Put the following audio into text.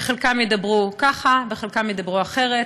וחלקם ידברו ככה וחלקם ידברו אחרת,